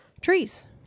trees